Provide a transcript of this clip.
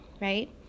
right